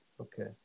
Okay